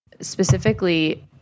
specifically